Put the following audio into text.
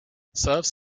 serves